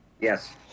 Yes